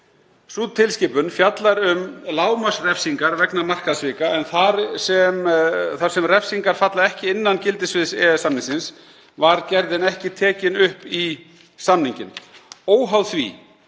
Sú tilskipun fjallar um lágmarksrefsingar vegna markaðssvika en þar sem refsingar falla ekki innan gildissviðs EES-samningsins var gerðin ekki tekin upp í samninginn. Óháð því